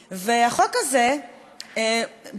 בשיטת העז הידועה,